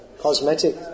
cosmetic